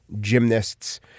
gymnasts